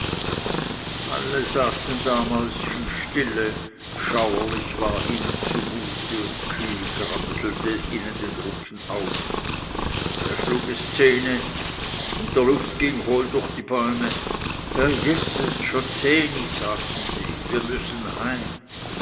alle saßen da mäusestille schauerlich war ihnen zu mute und kühl gramselte es ihnen den rücken auf da schlug es zehne und der luft ging hohl durch die bäume herr jeses schon zehni sagten sie wir müssen heim